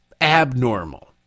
abnormal